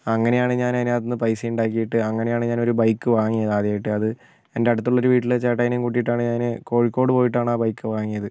അങ്ങനെയാണ് ഞാൻ അതിനകത്ത് നിന്ന് പൈസ ഉണ്ടാക്കിയിട്ട് അങ്ങനെയാണ് ഞാൻ ഒരു ബൈക്ക് വാങ്ങിയത് ആദ്യമായിട്ട് അത് എന്റെ അടുത്തുള്ള ഒരു വീട്ടിലെ ചേട്ടായിനെയും കൂട്ടിയിട്ടാണ് ഞാൻ കോഴിക്കോട് പോയിട്ടാണ് ആ ബൈക്ക് വാങ്ങിയത്